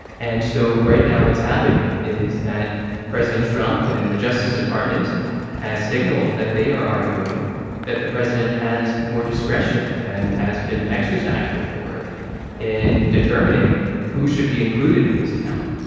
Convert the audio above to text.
and so right now, what's happening is that president trump and the justice department has signaled that they are arguing that the president has more discretion than has been exercised before in determining who should be included in this count